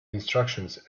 instructions